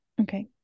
okay